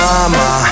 Mama